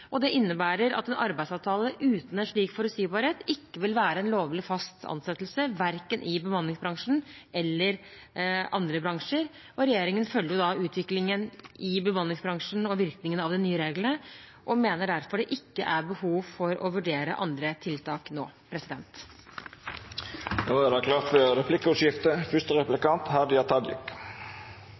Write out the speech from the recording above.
innebærer at en arbeidsavtale uten en slik forutsigbarhet ikke vil være en lovlig fast ansettelse, verken i bemanningsbransjen eller i andre bransjer. Regjeringen følger utviklingen i bemanningsbransjen og virkningen av de nye reglene og mener derfor det ikke er behov for å vurdere andre tiltak nå.